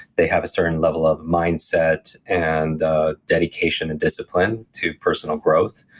they have a certain level of mindset and dedication and discipline to personal growth.